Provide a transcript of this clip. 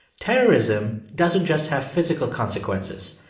terrorism doesn't just have physical consequences.